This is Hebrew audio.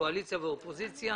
קואליציה ואופוזיציה,